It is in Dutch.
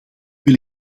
wil